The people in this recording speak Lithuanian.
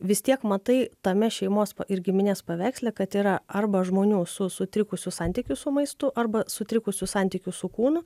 vis tiek matai tame šeimos ir giminės paveiksle kad yra arba žmonių su sutrikusiu santykiu su maistu arba sutrikusiu santykiu su kūnu